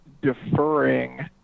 deferring